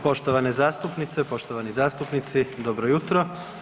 Poštovane zastupnice, poštovani zastupnici, dobro jutro.